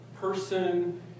person